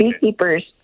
beekeepers